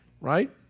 right